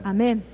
Amen 。